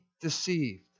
deceived